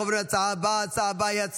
אנחנו עוברים להצעה רגילה לסדר-היום